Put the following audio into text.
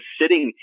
sitting